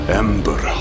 ember